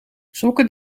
sokken